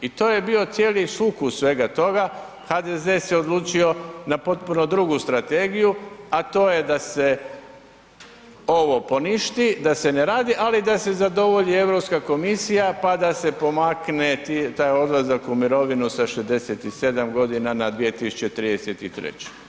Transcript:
I to je bila cijeli sukus svega toga, HDZ se odlučio na potpuno drugu strategiju, a to je da se ovo poništi, da se ne radi, ali da se zadovolji EU komisija pa da se pomakne taj odlazak u mirovinu sa 67 godina na 2033.